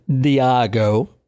Diego